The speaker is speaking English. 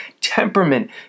temperament